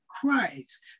Christ